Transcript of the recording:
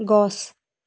গছ